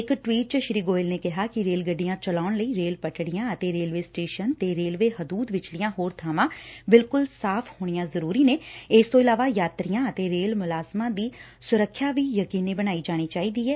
ਇਕ ਟਵੀਟ ਚ ਸ੍ਰੀ ਗੋਇਲ ਨੇ ਕਿਹਾ ਕਿ ਰੇਲ ਗੱਡੀਆਂ ਚਲਾਉਣ ਲਈ ਰੇਲ ਪੱਟੜੀਆਂ ਅਤੇ ਰੇਲਵੇ ਸਟੇਸ਼ਨ ਅਤੇ ਰੇਲਵੇ ਹਦੂਦ ਵਿਚਲੀਆਂ ਹੋਰ ਬਾਵਾਂ ਬਿਲਕੁਲ ਸਾਫ਼ ਹੋਣੀਆਂ ਜ਼ਰੂਰੀ ਨੇ ਇਸ ਤੋਂ ਇਲਾਵਾ ਯਾਤਰੀਆਂ ਅਤੇ ਰੇਲ ਮੁਲਾਜ਼ਮਾਂ ਦੀ ਸੁਰੱਖਿਆ ਵੀ ਯਕੀਨੀ ਬਣਾਈ ਜਾਣੀ ਚਾਹੀਦੀ ਐ